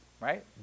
right